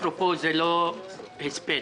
אפרופו, זה לא הספד